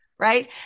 Right